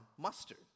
mustard